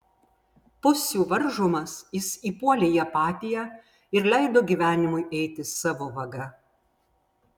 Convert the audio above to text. pusių varžomas jis įpuolė į apatiją ir leido gyvenimui eiti savo vaga